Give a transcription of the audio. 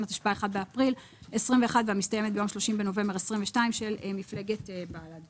תשפ"א 1 באפריל 2021 והמסתיימת ביום 30 בנובמבר 2022 של מפלגת בל"ד.